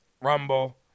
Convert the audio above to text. rumble